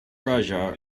raja